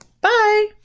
bye